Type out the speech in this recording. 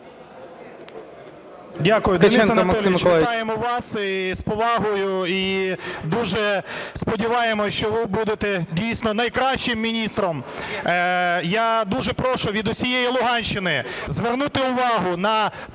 Дякую. Денис Анатолійович, вітаємо вас! І з повагою, і дуже сподіваємося, що ви будете дійсно найкращим міністром. Я дуже прошу від усієї Луганщини звернути увагу на